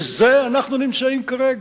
בזה אנחנו נמצאים כרגע.